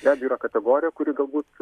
be abejo yra kategorija kuri galbūt